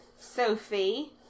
Sophie